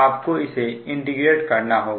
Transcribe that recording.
आपको इसे इंटीग्रेट करना होगा